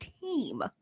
team